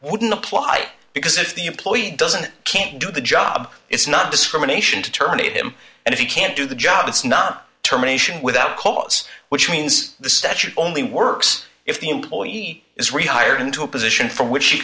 wouldn't apply because if the employee doesn't can't do the job it's not discrimination to terminate him and if you can't do the job it's not terminations without cause which means the statute only works if the employee is rehired into a position for which